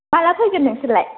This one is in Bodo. माला फैगोन नोंसोरलाय